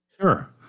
sure